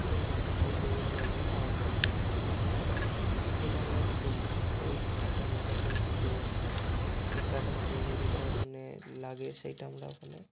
ঠিক আছে outdoor indoor নয় ওটা আউটডোর গেম ক্রিকেট খেলাটা ক্রিকেট আমরা খেলি ওই খেলাটার মধ্যে একটা জোশ থাকে ওই খেলাটা খেললে যেটা মানে লাগে সেইটা আমরা ওখানে